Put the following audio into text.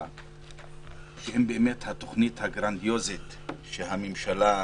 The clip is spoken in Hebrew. ואני מסכים איתך שאם התוכנית הגרנדיוזית של הממשלה,